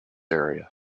area